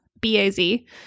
B-A-Z